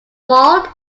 walled